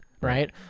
right